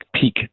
peak